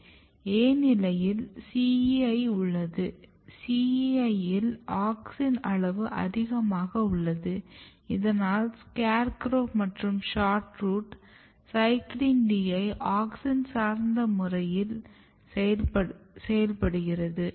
A நிலையில் CEI உள்ளது CEI யில் ஆக்ஸினின் அளவு அதிகமாக உள்ளது இதனால் SCARE CROW மற்றும் SHORT ROOT CYCLIN D யை ஆக்ஸின் சார்ந்த முறையில் செயல்படுகிறது